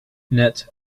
net